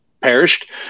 perished